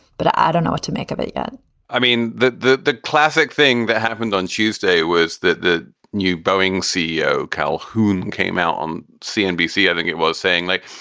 but i don't know what to make of it yet i mean, the the classic thing that happened on tuesday was that the new boeing ceo, calhoun, came out on cnbc i think it was saying like,